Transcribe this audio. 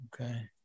Okay